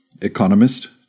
economist